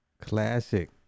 Classic